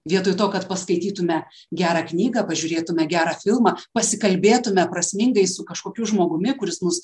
vietoj to kad paskaitytume gerą knygą pažiūrėtume gerą filmą pasikalbėtume prasmingai su kažkokiu žmogumi kuris mus